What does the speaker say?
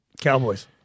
cowboys